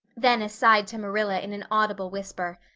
then aside to marilla in an audible whisper,